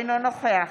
אינו נוכח